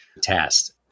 test